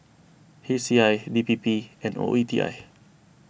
H C I D P P and O E T I